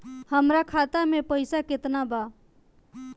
हमरा खाता में पइसा केतना बा?